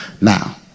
Now